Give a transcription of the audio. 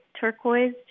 turquoise